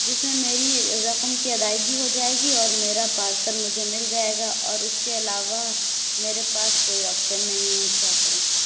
جس میں میری رقم کی ادائیگی ہو جائے گی اور میرا پارسل مجھے مل جائے گا اور اُس كے علاوہ میرے پاس كوئی آپشن نہیں ہے کیا کریں